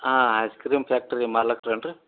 ಹಾಂ ice cream factory ಮಾಲಿಕ್ರು ಏನು ರೀ